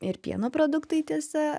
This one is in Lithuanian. ir pieno produktai tiesa